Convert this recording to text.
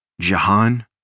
Jahan